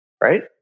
Right